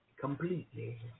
completely